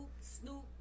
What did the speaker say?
Snoop